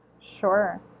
Sure